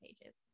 pages